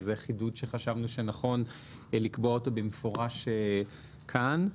זה חידוד שחשבנו שנכון לקבוע אותו במפורש כאן.